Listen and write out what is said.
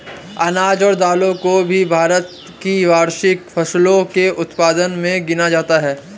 अनाज और दालों को भी भारत की वार्षिक फसलों के उत्पादन मे गिना जाता है